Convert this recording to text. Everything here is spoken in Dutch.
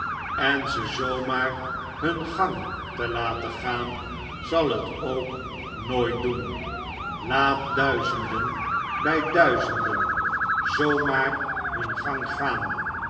en ze zoo maar hun gang te laten gaan zal het ook nooit doen laat duizenden bij duizendenzoo maar hun gang gaan